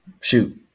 Shoot